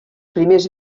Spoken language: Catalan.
primers